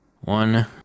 One